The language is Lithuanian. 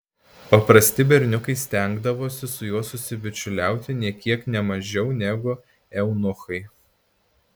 paprasti berniukai stengdavosi su juo susibičiuliauti nė kiek ne mažiau negu eunuchai